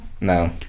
No